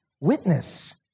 witness